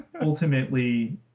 ultimately